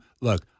Look